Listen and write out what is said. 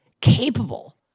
capable